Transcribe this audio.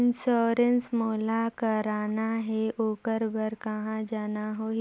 Insurance मोला कराना हे ओकर बार कहा जाना होही?